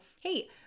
hey